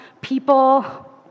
people